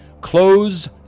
Close